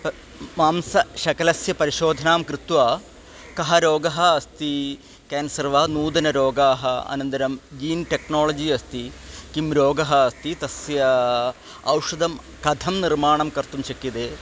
तत् मांसशकलस्य परिशोधनं कृत्वा कः रोगः अस्ति केन्सर् वा नूतनरोगाः अनन्तरं जीन् टेक्नोळजि अस्ति कः रोगः अस्ति तस्य औषधं कथं निर्माणं कर्तुं शक्यते